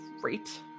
great